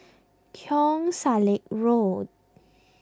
Keong Saik Road